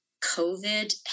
COVID